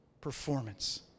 performance